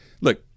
Look